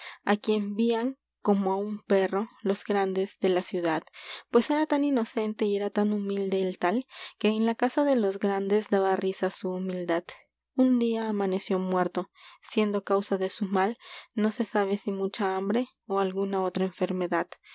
á quien vían como á un perro los grandes de la pues era tan y era ciudad inocente tan humilde el tal que en la casa su de los grandes daba risa humildad un día amaneció muerto siendo no se causa de su mal sabe si mucha hambre ó alguna otra enfermedad